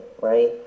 right